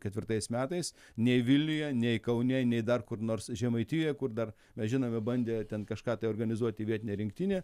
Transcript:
ketvirtais metais nei vilniuje nei kaune nei dar kur nors žemaitijoje kur dar mes žinome bandė ten kažką tai organizuoti vietinė rinktinė